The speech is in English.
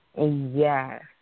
Yes